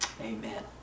Amen